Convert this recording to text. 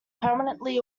permanently